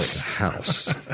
house